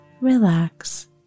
relax